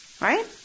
Right